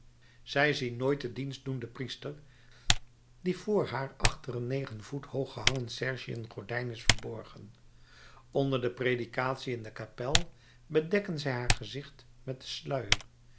zij zien nooit den dienstdoenden priester die voor haar achter een negen voet hoog gehangen sergiëngordijn is verborgen onder de predikatie in de kapel bedekken zij haar gezicht met den sluier